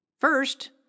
First